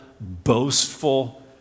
boastful